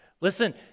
Listen